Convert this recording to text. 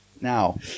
now